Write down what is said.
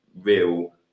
real